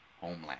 homeland